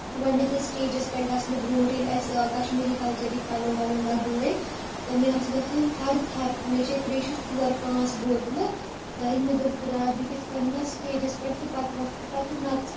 گۄڈٕنٮ۪تھ ییٚلہِ سِٹیجَس پٮ۪ٹھ گَژھنہٕ برونٹھ ییٚلہِ اَسہِ کَشمیٖری کَلچَرٕکۍ پَلو وَلو لَگٲے تہٕ مےٚ ٲسۍ گَژھان تھر تھر مےٚ چےٚ تریشَس ژور پانژھ بوتلہٕ تہٕ مےٚ دۄپ خۄدایا بہٕ کِتھ کٔنۍ گِژھہٕ سِٹیجَس پٮ۪ٹھ تہٕ پَتہٕ ۄتھہٕ تہٕ پَتہٕ نَژٕ